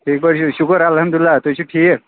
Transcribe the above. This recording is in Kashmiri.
ٹھیٖک پٲٹھی شُکُر الحمدُاللہ تُہۍ چھُو ٹھیٖک